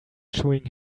chewing